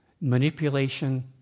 Manipulation